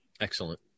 Excellent